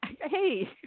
hey